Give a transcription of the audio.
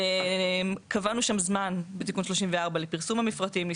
קבענו בתיקון 34 זמן לפרסום המפרטים.